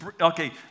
okay